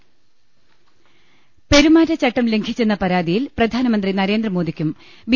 M പെരുമാറ്റച്ചട്ടം ലംഘിച്ചെന്ന പരാതിയിൽ പ്രധാനമന്ത്രി നരേ ന്ദ്രമോദിക്കും ബി